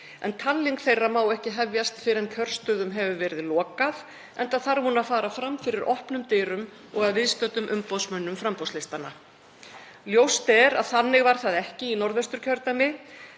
en talning þeirra má ekki hefjast fyrr en kjörstöðum hefur verið lokað enda þarf hún að fara fram fyrir opnum dyrum og að viðstöddum umboðsmönnum framboðslistanna. Ljóst er að þannig var það ekki í Norðvesturkjördæmi